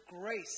grace